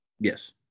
Yes